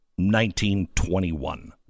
1921